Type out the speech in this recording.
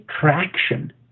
traction